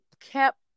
kept